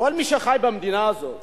שכל מי שחי במדינה הזאת